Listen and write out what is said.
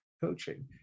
coaching